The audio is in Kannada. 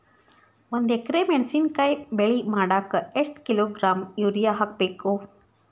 ಒಂದ್ ಎಕರೆ ಮೆಣಸಿನಕಾಯಿ ಬೆಳಿ ಮಾಡಾಕ ಎಷ್ಟ ಕಿಲೋಗ್ರಾಂ ಯೂರಿಯಾ ಹಾಕ್ಬೇಕು?